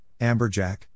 amberjack